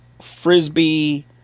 Frisbee